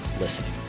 listening